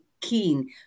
keen